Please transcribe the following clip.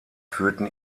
führten